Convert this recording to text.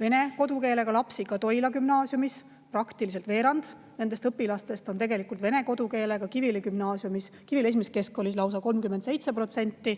vene kodukeelega lapsi, ka Toila Gümnaasiumis, praktiliselt veerand nendest õpilastest on tegelikult vene kodukeelega, Kiviõli I Keskkoolis lausa 37%,